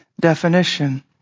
definition